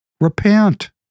repent